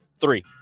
Three